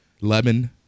lemon